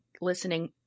listening